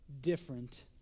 different